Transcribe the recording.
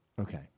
Okay